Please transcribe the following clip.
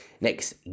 Next